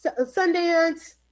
Sundance